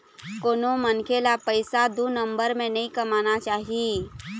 कोनो मनखे ल पइसा दू नंबर म नइ कमाना चाही